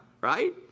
right